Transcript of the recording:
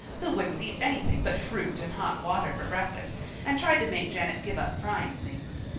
who wouldn't eat anything but fruit and hot water for breakfast and tried to make janet give up frying things.